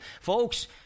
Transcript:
Folks